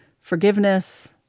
forgiveness